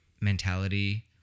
mentality